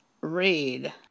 read